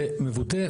זה מבוטא,